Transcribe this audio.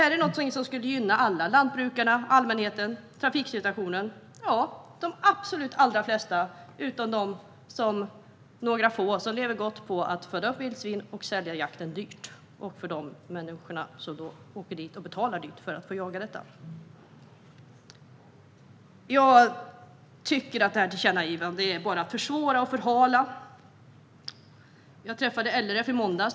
Det är ett förslag som skulle gynna alla lantbrukare, allmänheten, trafiksituationen - de absolut allra flesta utom några få som lever gott på att föda upp vildsvin och sälja jakten dyrt samt de människor som betalar dyrt för att få jaga vildsvin. Jag tycker att tillkännagivandet bara är att försvåra och förhala. Jag träffade representanter för LRF i måndags.